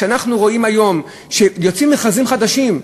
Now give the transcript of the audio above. כשאנחנו רואים היום כשיוצאים מכרזים חדשים,